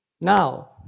Now